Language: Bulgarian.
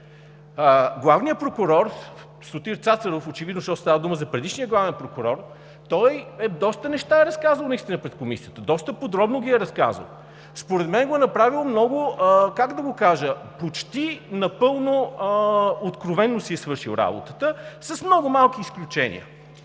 Главният прокурор Сотир Цацаров, защото очевидно става дума за предишния главен прокурор, доста неща е разказал наистина пред Комисията, доста подробно ги е разказал. Според мен го е направил много, как да го кажа, почти напълно откровено си е свършил работата с много малки изключения,